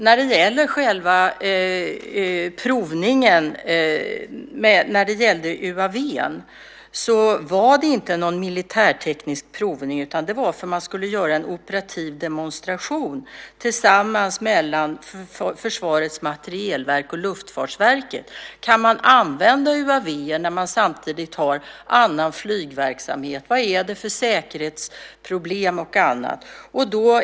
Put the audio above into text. När det gäller provningen av UAV var det inte någon militärteknisk provning, utan man skulle göra en operativ demonstration tillsammans med Försvarets materielverk och Luftfartsverket. Kan man använda UAV när man samtidigt har annan flygverksamhet? Vad är det för säkerhetsproblem och annat?